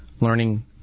learning